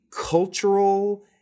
cultural